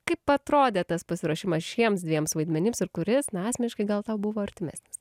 kaip atrodė tas pasiruošimas šiems dviems vaidmenims ir kuris na asmeniškai gal tau buvo artimesnis